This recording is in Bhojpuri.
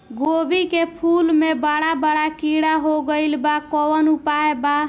गोभी के फूल मे बड़ा बड़ा कीड़ा हो गइलबा कवन उपाय बा?